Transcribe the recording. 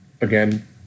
again